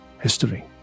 History